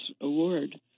award